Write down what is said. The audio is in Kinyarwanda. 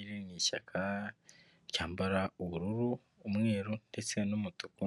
Iri ni ishyaka ryambara ubururu, umweru ndetse n'umutuku,